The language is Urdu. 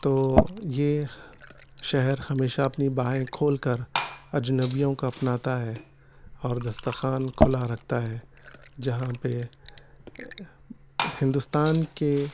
تو یہ شہر ہمیشہ اپنی باہیں کھول کر اجنبیوں کو اپناتا ہے اور دسترخوان کھلا رکھتا ہے جہاں پہ ہندوستان کے